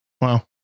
Wow